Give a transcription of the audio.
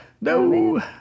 No